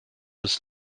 ist